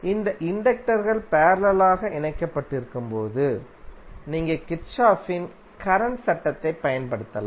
இந்த இண்டக்டர் கள் பேரலலாக இணைக்கப்படும்போது நீங்கள் கிர்ச்சோஃப்பின் கரண்ட் சட்டத்தைப் பயன்படுத்தலாம்